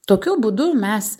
tokiu būdu mes